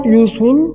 useful